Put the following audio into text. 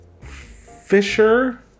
Fisher